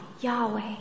Yahweh